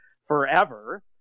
forever